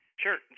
Sure